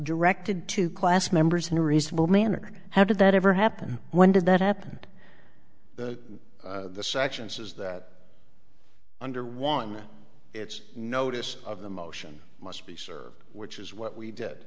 directed to class members in a reasonable manner how did that ever happen when did that happen that the section says that under one its notice of the motion must be served which is what we did